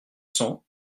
cents